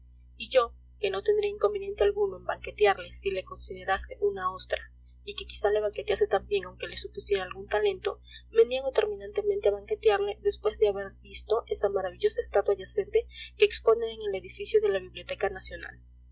y yo que no tendría inconveniente alguno en banquetearle si le considerase una ostra y que quizás le banquetease también aunque le supusiera algún talento me niego terminantemente a banquetearle después de haber visto esa maravillosa estatua yacente que expone en el edificio de la